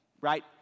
right